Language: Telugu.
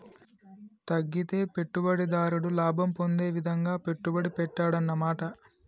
తగ్గితే పెట్టుబడిదారుడు లాభం పొందే విధంగా పెట్టుబడి పెట్టాడన్నమాట